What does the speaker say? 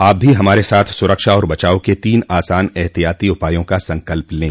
आप भी हमारे साथ सुरक्षा और बचाव के तीन आसान एहतियाती उपायों का संकल्प लें